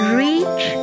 reach